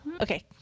Okay